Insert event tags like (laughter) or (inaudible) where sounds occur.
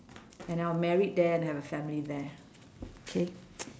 and I will married there and have a family there okay (noise)